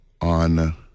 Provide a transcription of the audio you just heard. on